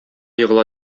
егыла